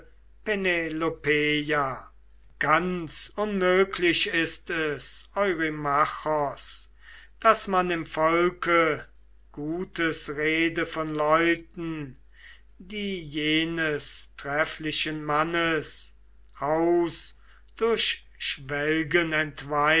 ganz unmöglich ist es eurymachos daß man im volke gutes rede von leuten die jenes trefflichen mannes haus durch schwelgen